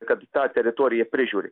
kad tą teritoriją prižiūri